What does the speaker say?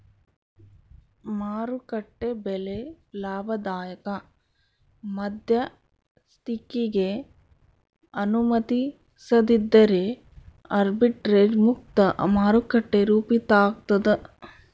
ಮಾರುಕಟ್ಟೆ ಬೆಲೆ ಲಾಭದಾಯಕ ಮಧ್ಯಸ್ಥಿಕಿಗೆ ಅನುಮತಿಸದಿದ್ದರೆ ಆರ್ಬಿಟ್ರೇಜ್ ಮುಕ್ತ ಮಾರುಕಟ್ಟೆ ರೂಪಿತಾಗ್ತದ